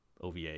OVA